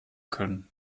können